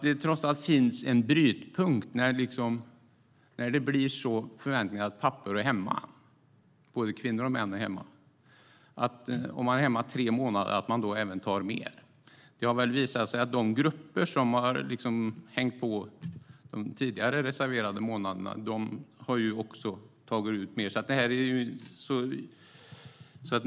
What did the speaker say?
Det finns kanske en brytpunkt där det blir förväntningar på att pappor - både kvinnor och män - ska vara hemma. Om man är hemma tre månader kanske man tar ut fler föräldradagar. Det har visat sig att de grupper som har hängt på de tidigare reserverade månaderna har tagit ut mer.